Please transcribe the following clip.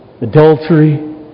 adultery